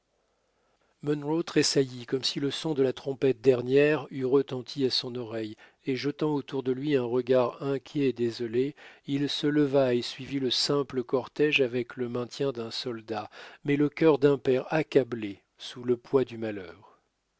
munro tressaillit comme si le son de la trompette dernière eût retenti à son oreille et jetant autour de lui un regard inquiet et désolé il se leva et suivit le simple cortège avec le maintien d'un soldat mais le cœur d'un père accablé sous le poids du malheur